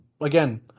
again